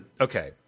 okay